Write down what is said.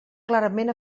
clarament